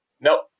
Nope